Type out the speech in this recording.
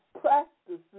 practices